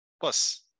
plus